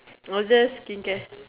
all the skincare